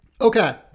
Okay